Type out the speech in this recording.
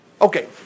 Okay